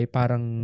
parang